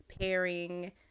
pairing